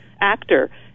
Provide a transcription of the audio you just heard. actor